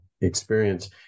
experience